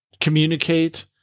communicate